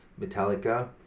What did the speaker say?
Metallica